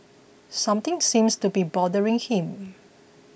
something seems to be bothering him